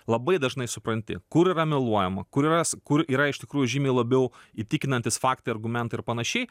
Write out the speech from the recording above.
labai dažnai supranti kur yra meluojama kur yra kur yra iš tikrųjų žymiai labiau įtikinantys faktai argumentai ir panašiai